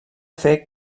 fer